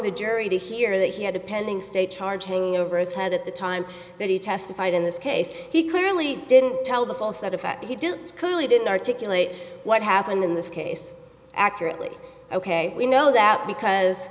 the jury to hear that he had a pending state charge hanging over his head at the time that he testified in this case he clearly didn't tell the full set of fact he didn't clearly didn't articulate what happened in this case accurately ok we know that because